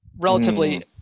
relatively –